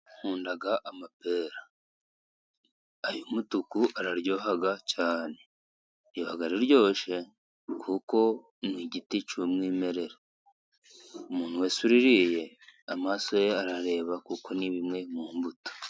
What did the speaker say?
Nkunda amapera. Ay'umutuku araryoha cyane. Riba riryoshe kuko ni igiti cy'umwimerere. umuntu wese uririye, amaso ye arareba kuko ni bimwe mu mbuto.